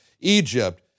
Egypt